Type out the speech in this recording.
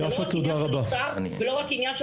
זה לא רק עניין של יצהר ולא רק עניין של